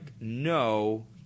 no